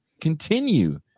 continue